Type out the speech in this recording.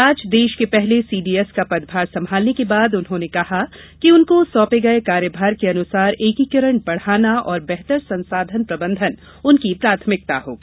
आज देश के पहले सी डी एस का पदभार संभालने के बाद उन्होंने कहा कि सी डी एस को सौंपे गये कार्यभार के अनुसार एकीकरण बढ़ाना और बेहतर संसाधन प्रबंधन उनकी प्राथमिकता होगी